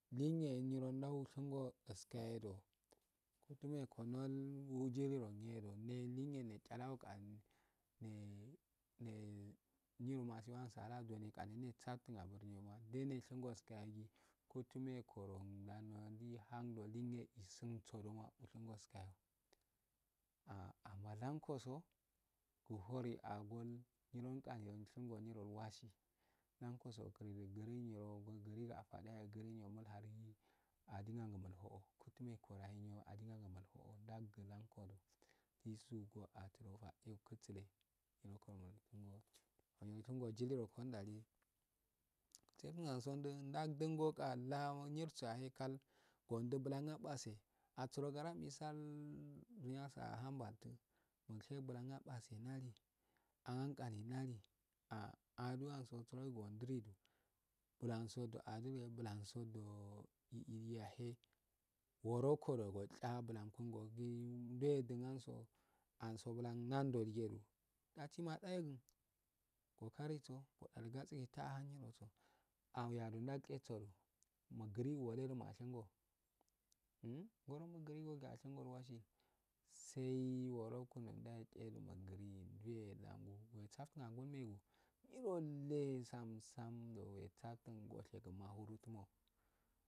Ningeye nyiro ndaushingo isukayodo nene masibanso aladone asagkin angu ido do nde ulshingoskayo wu timeko lihingnee isursodu shingo skayo ah amma lankoso uhond agol surundul wasi lankoso akuli ogirigi afadu yahe gurogu adinankoso uwtinekoh wanyo adina ngumo utimekoh wanyo aolinangumo oalforu yusu go asuro akutsle unkinwogigedo kindalii sertun anso nde ndadingo anyirsoyahe kal wundubula ni abase asuroo gagbisaan duniyasa ahunbata mushebulan abase nnali agarkalina li ah aduwanso ru ogi yondiri du bulanso bulansodoo onhiliyahe wurokodo wugya abulan kodokin gugyi bulan kin gogii ndwedre dun aso anso sula nando dige du datsi mada yegua wukanso gde ni gatse gi tuhun ngiroso aweyangitadinyiroso mugirigu walegu mashingo ngogu mugiriyrge mashingol wasi saii wurogun wurogi migirigee ashingo iwasi sai wurokinda liedu nuginii ndure nando musa ftun angol megn nyi rollee samsando wesftun wushegu mahurudo mahuruso wushigun.